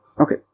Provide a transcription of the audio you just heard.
Okay